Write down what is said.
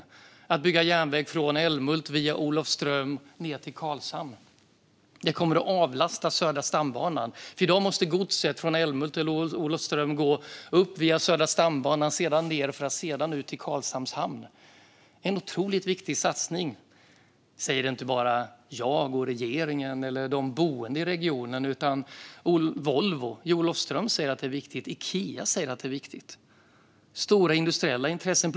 Det handlar om att bygga järnväg från Älmhult via Olofström ned till Karlshamn. Det kommer att avlasta Södra stambanan. I dag måste godset från Älmhult till Olofström gå upp via Södra stambanan. Sedan måste det gå ned för att komma ut till Karlshamns hamn. Detta är en otroligt viktig satsning. Det säger inte bara jag och regeringen eller de boende i regionen. Volvo i Olofström säger att det är viktigt. Ikea säger att det är viktigt. Det finns stora industriella intressen.